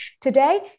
Today